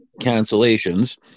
cancellations